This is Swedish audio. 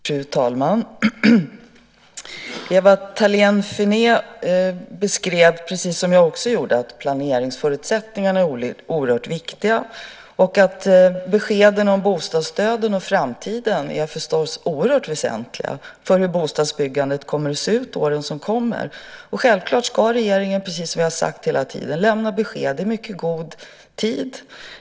Fru talman! Ewa Thalén Finné beskrev precis som jag också gjorde att planeringsförutsättningarna är oerhört viktiga. Beskeden om bostadsstöden och framtiden är förstås oerhört väsentliga för hur bostadsbyggandet kommer att se ut åren som kommer. Självklart ska regeringen precis som jag har sagt hela tiden lämna besked i mycket god tid.